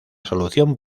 solución